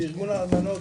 בארגון האלמנות,